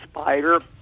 spider